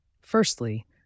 Firstly